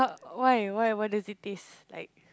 why why what does it taste like